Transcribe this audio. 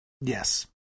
Yes